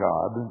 God